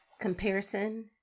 Comparison